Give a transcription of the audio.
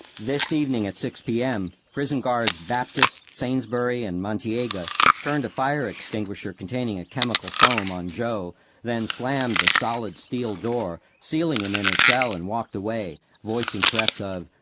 this evening at six p m. prison guards baptist, sainsbury, and montiega turned a fire extinguisher containing a chemical foam on joe then slammed the solid steel door sealing him in his and cell and walked away, voicing threats of,